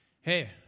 hey